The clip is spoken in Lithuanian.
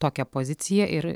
tokią poziciją ir